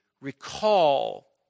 recall